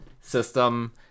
system